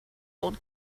old